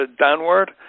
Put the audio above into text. downward